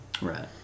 Right